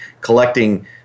collecting